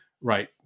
right